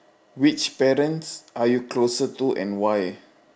which parents are you closer to and why